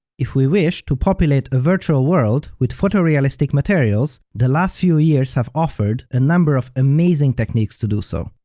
if we wish to populate a virtual world with photorealistic materials, the last few years have offered a number of amazing techniques to do so.